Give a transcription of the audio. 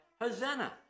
Hosanna